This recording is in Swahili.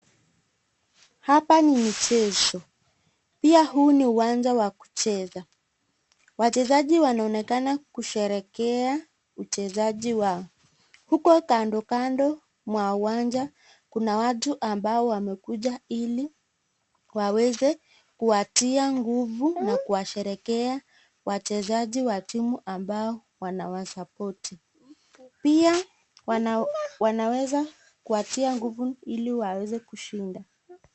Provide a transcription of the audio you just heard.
Hapa ni michezo ,pia huu ni uwanja wa kucheza, wachezaji wanaonekana kusherekea uchezaji wao. Huko kando kando mwa uwanja kuna watu ambao wamekuja ili waweze kuwatia nguvu na kuwasherekea wachezaji wa timu ambao wanawasapoti .Pia wanaweza kuwatia nguvu ili waweze kushinda.